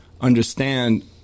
understand